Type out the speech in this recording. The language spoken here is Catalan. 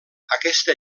aquesta